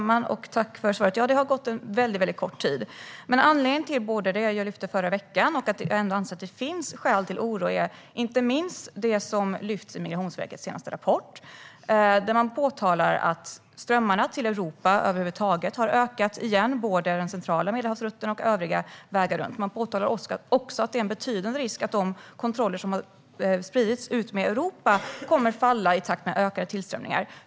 Herr talman! Tack för svaret! Ja, det har gått väldigt kort tid. Men anledningen till att jag lyfte fram detta förra veckan och att jag anser att det ändå finns skäl till oro är inte minst det som Migrationsverket skriver i sin senaste rapport. Där påpekas det att strömmarna till Europa har ökat igen. Det gäller både den centrala Medelhavsrutten och övriga vägar runt. Man skriver också att det finns en betydande risk för att de kontroller som har införts runt om i Europa kommer att falla i takt med ökad tillströmning.